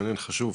מעניין, חשוב.